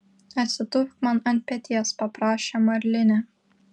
atsitūpk man ant peties paprašė marlinė